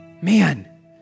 man